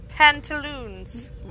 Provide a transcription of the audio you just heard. pantaloons